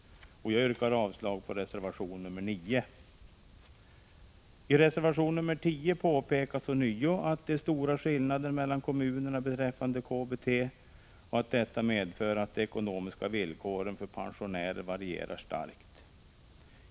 Jag yrkar avslag på reservation nr 9. I reservation nr 10 påpekas ånyo att det är-stora skillnader mellan kommunerna beträffande KBT och att detta medför att de ekonomiska villkoren för pensionärer varierar starkt.